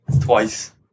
Twice